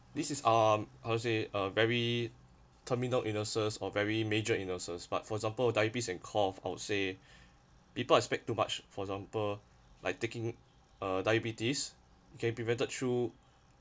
this is um i would say a very terminal illnesses or very major illnesses but for example of diabetes and cough i would say people expect too much for example like taking uh diabetes can prevented through